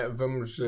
vamos